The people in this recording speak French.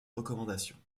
recommandations